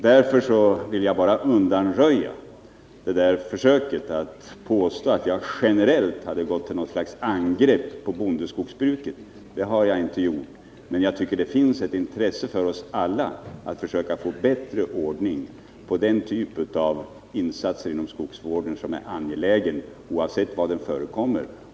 Därför vill jag bara bestrida försöket att påstå att jag har gått till något slags generellt angrepp mot bondeskogsbruket — det har iag inte gjort. Men jag tycker att vi alla har ett intresse av att få bättre ordning på sådana insatser inom skogsvården som är angelägna, oavsett var de förekommer.